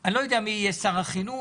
אני לא יודע מי יהיה שר החינוך,